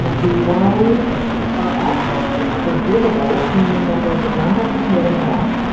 but the loans are actually forgivable, meaning that they would not have to pay them back,